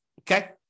Okay